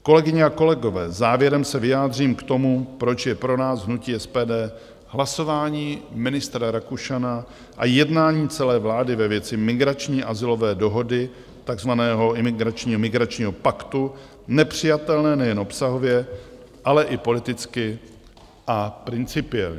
Kolegyně a kolegové, závěrem se vyjádřím k tomu, proč je pro nás, hnutí SPD, hlasování ministra Rakušana a jednání celé vlády ve věci migrační azylové dohody, takzvaného migračního paktu, nepřijatelné nejen obsahově, ale i politicky a principiálně.